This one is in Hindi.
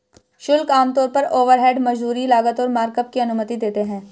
शुल्क आमतौर पर ओवरहेड, मजदूरी, लागत और मार्कअप की अनुमति देते हैं